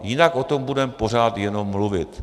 Jinak o tom budeme pořád jenom mluvit.